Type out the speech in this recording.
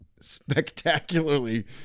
spectacularly